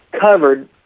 covered